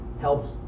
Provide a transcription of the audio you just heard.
helps